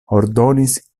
ordonis